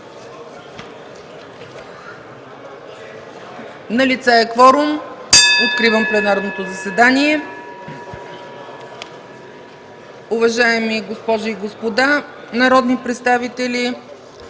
Налице е кворум. (Звъни.) Откривам пленарното заседание. Уважаеми госпожи и господа народни представители,